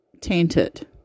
tainted